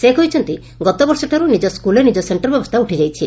ସେ କହିଛନ୍ତି ଗତବର୍ଷଠାରୁ ନିକ ସ୍କୁଲରେ ନିକ ସେକ୍ଷର ବ୍ୟବସ୍ଷା ଉଠି ଯାଇଛି